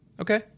Okay